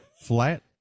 flat